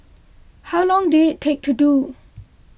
how long did it take to do